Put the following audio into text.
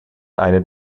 eine